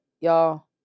Y'all